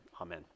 Amen